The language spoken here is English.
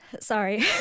Sorry